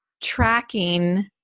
tracking